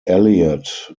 elliott